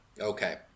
Okay